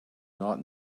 not